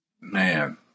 man